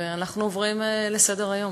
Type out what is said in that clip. ואנחנו עוברים לסדר-היום,